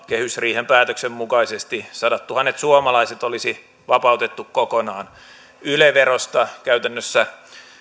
kehysriihen päätöksen mukaisesti sadattuhannet suomalaiset olisi vapautettu kokonaan yle verosta käytännössä